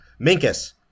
minkus